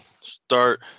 start